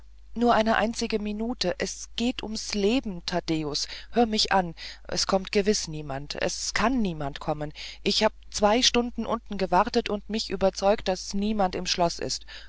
nur eine einzige minute es geht ums leben taddäus hör mich an es kommt ganz gewiß niemand es kann niemand kommen ich hab zwei stunden unten gewartet und mich überzeugt daß niemand im schloß ist